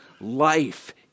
Life